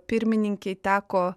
pirmininkei teko